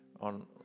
on